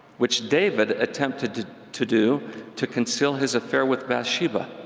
which david attempted to to do to conceal his affair with bathsheba.